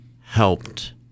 helped